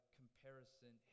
comparison